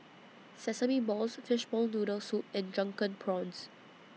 Sesame Balls Fishball Noodle Soup and Drunken Prawns